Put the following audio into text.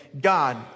God